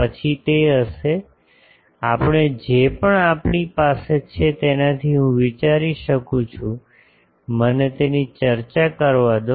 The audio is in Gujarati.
પછી તે હશે આપણે જે પણ આપણી પાસે છે તેનાથી હું વિચારી શકું છું મને તેની ચર્ચા કરવા દો